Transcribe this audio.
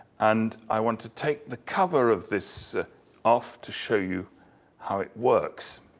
and i want to take the cover of this off to show you how it works.